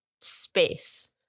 space